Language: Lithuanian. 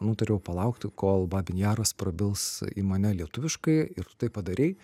nutariau palaukti kol babyn jaras prabils į mane lietuviškai ir tai padarei